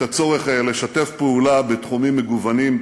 את הצורך לשתף פעולה בתחומים מגוונים,